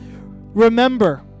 Remember